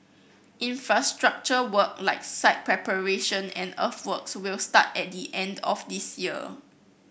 infrastructure work like site preparation and earthworks will start at the end of this year